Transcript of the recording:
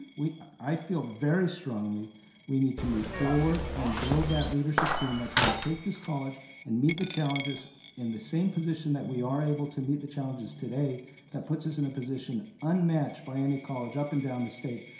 i feel very strongly we need to move forward and build that leadership team that's going to take this college and meet the challenges in the same position that we are able to meet the challenges today that puts us in a position unmatched by any college up and down the state.